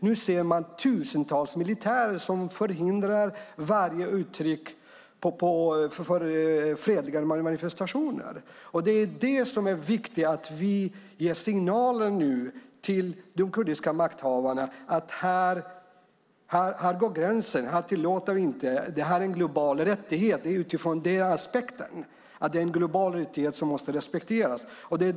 Nu ser man tusentals militärer som förhindrar varje uttryck för fredliga manifestationer. Det är viktigt att vi ger signaler till de kurdiska makthavarna att gränsen går här. Det här är en global rättighet som måste respekteras.